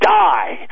die